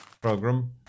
program